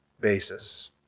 basis